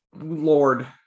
Lord